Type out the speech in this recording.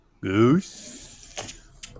Goose